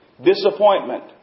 disappointment